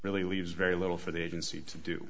really leaves very little for the agency to do